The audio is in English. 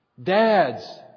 Dads